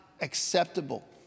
acceptable